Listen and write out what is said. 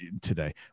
today